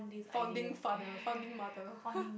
founding father founding mother [hur]